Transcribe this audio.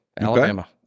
Alabama